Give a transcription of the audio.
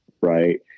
right